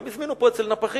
הם הזמינו פה אצל נפחים.